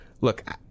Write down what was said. Look